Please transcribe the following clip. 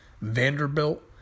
Vanderbilt